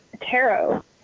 tarot